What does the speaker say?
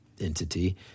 entity